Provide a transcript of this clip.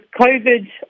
COVID